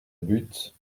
butte